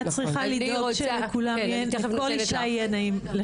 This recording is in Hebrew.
את צריכה לדאוג שלכל אישה יהיה נעים פה.